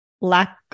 lack